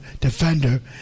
Defender